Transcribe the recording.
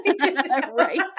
right